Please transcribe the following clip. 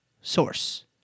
source